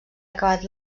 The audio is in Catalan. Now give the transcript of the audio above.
acabat